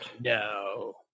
No